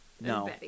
No